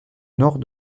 nord